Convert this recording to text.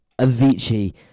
Avicii